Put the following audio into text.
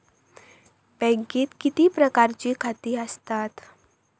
बँकेत किती प्रकारची खाती आसतात?